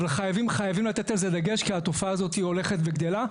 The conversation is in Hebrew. אבל חייבים לתת על זה דגש כי התופעה הזאת הולכת וגדלה.